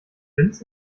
prinz